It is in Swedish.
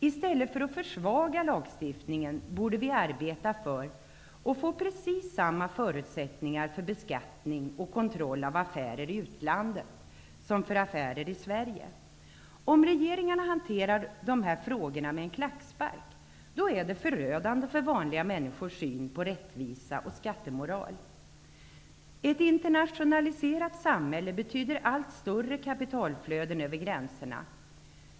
I stället för att försvaga lagstiftningen borde vi arbeta för att få precis samma förutsättningar för beskattning och kontroll av affärer i utlandet som för affärer i Sverige. Om regeringen hanterar dessa frågor med en klackspark, är det förödande för vanliga människors syn på rättvisa och skattemoral. Ett internationaliserat samhälle betyder allt större kapitalflöden över gränserna.